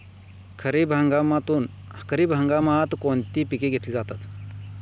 खरीप हंगामात कोणती पिके घेतली जातात?